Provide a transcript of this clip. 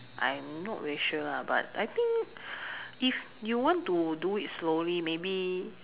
I'm not very sure lah but I think if you want to do it slowly maybe